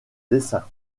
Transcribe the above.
dessin